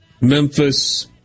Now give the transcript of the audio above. Memphis